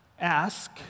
Ask